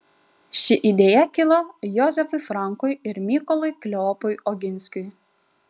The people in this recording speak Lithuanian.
ši idėja kilo jozefui frankui ir mykolui kleopui oginskiui